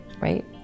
right